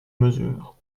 mesure